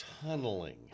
tunneling